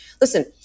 Listen